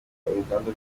uruganda